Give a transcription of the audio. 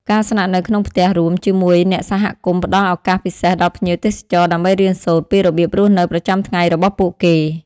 ការស្នាក់នៅក្នុងផ្ទះរួមជាមួយអ្នកសហគមន៍ផ្តល់ឱកាសពិសេសដល់ភ្ញៀវទេសចរដើម្បីរៀនសូត្រពីរបៀបរស់នៅប្រចាំថ្ងៃរបស់ពួកគេ។